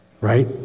right